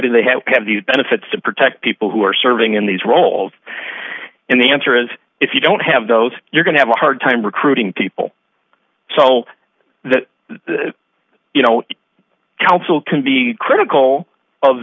to have these benefits to protect people who are serving in these roles and the answer is if you don't have those you're going to have a hard time recruiting people so that you know counsel can be critical of